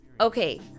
Okay